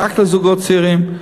רק לזוגות צעירים,